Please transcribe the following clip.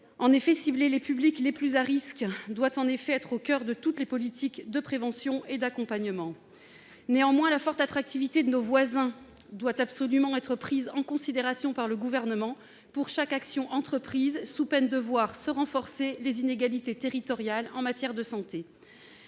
le tabac. Cibler les publics les plus à risque doit en effet être au coeur de toutes les politiques de prévention et d'accompagnement. Néanmoins, la forte attractivité de nos voisins doit absolument être prise en considération par le Gouvernement pour chaque action entreprise, sous peine de voir se renforcer les inégalités territoriales en matière de santé.